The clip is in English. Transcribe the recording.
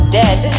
dead